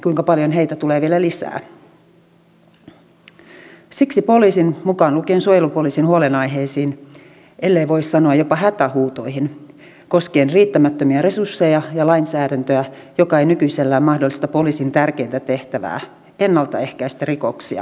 kyllähän suomi ottaa tässä nyt ison askeleen ennen kaikkea tämmöiseen eurooppalaiseen ja kansainväliseen kuntarakenteeseen jossa on maakunnallisempia tai alueellisempia aloja jotka hoitavat tietyt tehtävät ja sitten perustasolla hoidetaan tietyt tehtävät